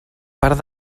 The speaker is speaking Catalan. part